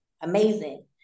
amazing